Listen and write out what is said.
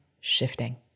shifting